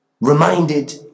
reminded